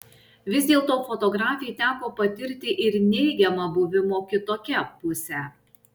vis dėlto fotografei teko patirti ir neigiamą buvimo kitokia pusę